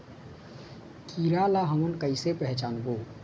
कीरा ला हमन कइसे पहचानबो?